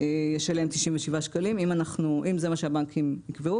ישלם 97 שקלים אם זה מה שהבנקים יקבעו